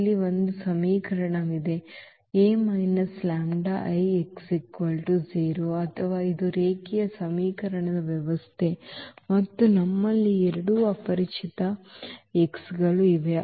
ಇಲ್ಲಿ ಒಂದು ಸಮೀಕರಣವಿದೆ A λI x 0 ಅಥವಾ ಇದು ರೇಖೀಯ ಸಮೀಕರಣದ ವ್ಯವಸ್ಥೆ ಮತ್ತು ನಮ್ಮಲ್ಲಿ ಈ ಎರಡು ಅಪರಿಚಿತ have ಮತ್ತು x ಇವೆ